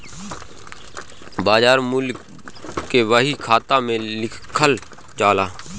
बाजार मूल्य के बही खाता में लिखल जाला